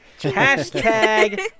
Hashtag